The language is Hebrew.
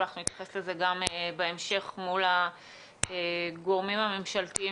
ואנחנו נתייחס לזה גם בהמשך מול הגורמים הממשלתיים